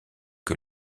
que